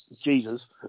Jesus